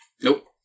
Nope